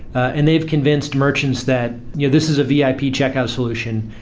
and they've convinced merchants that you know this is a vip checkout solution.